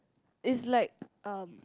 it's like um